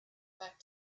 back